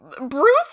Bruce